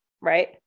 Right